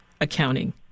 accounting